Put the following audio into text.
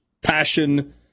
passion